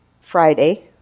Friday